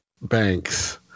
banks